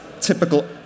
typical